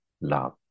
love